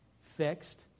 fixed